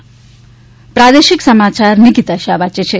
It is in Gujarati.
અમદાવાદ પ્રાદેશિક સમાચાર નિકિતા શાહ વાંચે છે